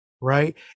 right